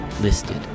listed